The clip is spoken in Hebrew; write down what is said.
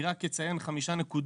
אני רק אציין חמש נקודות.